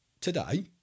today